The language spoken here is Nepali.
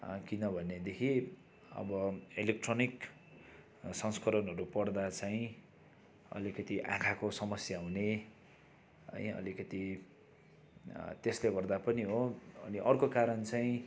किनभनेदेखि अब इलेक्ट्रोनिक संस्करणहरू पढ्दा चाहिँ अलिकति आँखाको समस्या हुने है अलिकति त्यसले गर्दा पनि हो अनि अर्को कारण चाहिँ